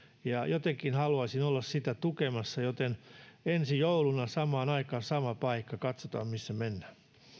ja jotenkin haluaisin olla sitä tukemassa joten ensi jouluna samaan aikaan sama paikka katsotaan missä mennään